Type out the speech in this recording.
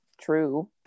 true